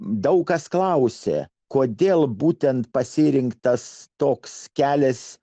daug kas klausė kodėl būtent pasirinktas toks kelias